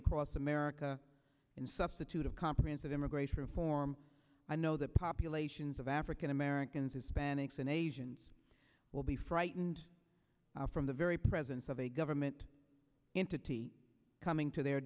across america and substitute a comprehensive immigration reform i know that populations of african americans hispanics and asians will be frightened from the very presence of a government entity coming to their